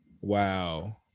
wow